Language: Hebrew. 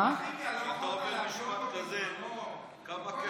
כשאתה אומר משפט כזה, כמה כסף אתה רוצה?